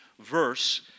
verse